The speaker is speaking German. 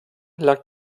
lag